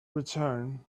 return